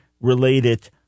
related